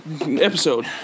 episode